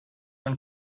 und